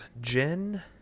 Jen